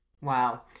Wow